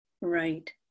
Right